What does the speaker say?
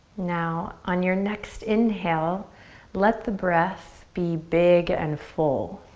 now, on your next inhale let the breath be big and full.